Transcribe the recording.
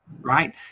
right